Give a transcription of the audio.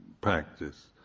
practice